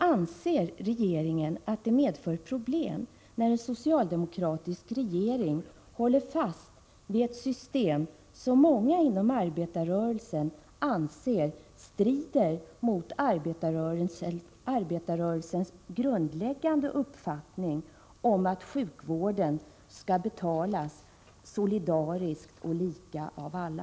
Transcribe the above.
Anser regeringen att det medför problem när en socialdemokratisk regering håller fast vid ett system som många inom arbetarrörelsen anser strida mot arbetarrörelsens grundläggande uppfattning, att sjukvården skall betalas solidariskt och lika av alla?